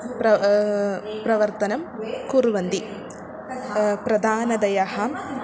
प्र प्रवर्तनं कुर्वन्ति प्रधानतया